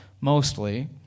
mostly